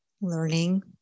learning